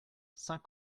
saint